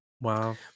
wow